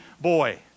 boy